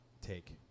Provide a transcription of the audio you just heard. take